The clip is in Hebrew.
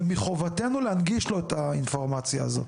ומחובתנו להנגיש לו את האינפורמציה הזאת.